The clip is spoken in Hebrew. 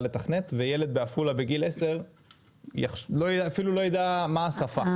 לתכנת וילד מעפולה בגיל עשר אפילו לא יידע מה השפה.